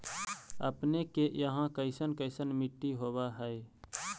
अपने के यहाँ कैसन कैसन मिट्टी होब है?